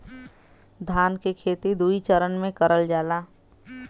धान के खेती दुई चरन मे करल जाला